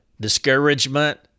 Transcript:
discouragement